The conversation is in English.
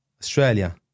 Australia